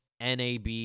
NAB